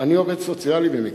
אני עובד סוציאלי במקצועי,